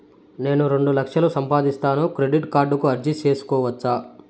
నేను రెండు లక్షలు సంపాదిస్తాను, క్రెడిట్ కార్డుకు అర్జీ సేసుకోవచ్చా?